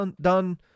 done